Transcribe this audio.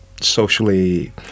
socially